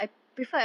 ya